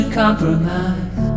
compromise